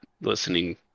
listening